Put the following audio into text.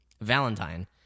Valentine